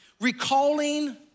recalling